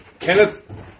Kenneth